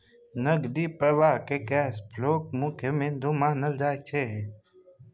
नकदी प्रवाहकेँ कैश फ्लोक मुख्य बिन्दु मानल जाइत छै